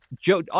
Joe